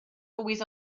always